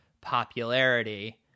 popularity